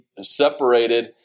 separated